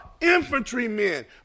infantrymen